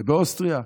ובאוסטריה,